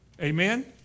Amen